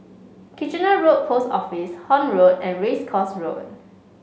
Kitchener Road Post Office Horne Road and Race Course Road